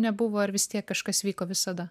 nebuvo ar vis tiek kažkas vyko visada